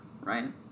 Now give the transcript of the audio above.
right